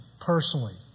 personally